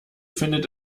findet